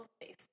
face